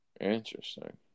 Interesting